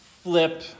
flip